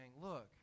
look